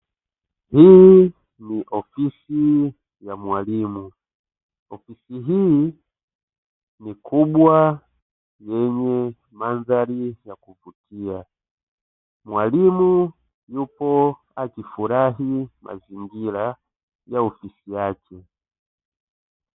Hii ni ofisi ya mwalimu. Ofisi hii ni kubwa yenye mandhari ya kuvutia. Mwalimu yupo akifurahi mazingira ya ofisi yake.